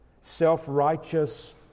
self-righteous